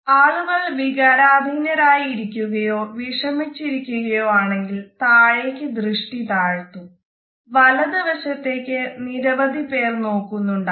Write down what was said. ആളുകൾ വികാരാധീനായി ഇരിക്കുകയോ വിഷമിച്ചിരിക്കുകയോ ആണെങ്കിൽ താഴേക്ക് ദൃഷ്ടി താഴ്ത്തും വലത് വശത്തേക്ക് നിരവധി പേർ നോക്കുന്നുണ്ടാവാം